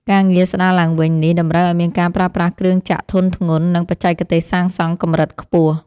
ការងារស្ដារឡើងវិញនេះតម្រូវឱ្យមានការប្រើប្រាស់គ្រឿងចក្រធុនធ្ងន់ និងបច្ចេកទេសសាងសង់កម្រិតខ្ពស់។